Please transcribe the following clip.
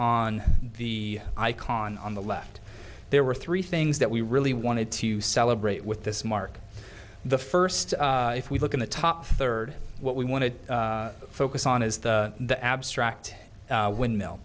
on the icon on the left there were three things that we really wanted to celebrate with this mark the first if we look at the top third what we want to focus on is the the abstract windmill